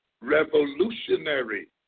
revolutionary